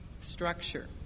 structure